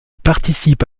participe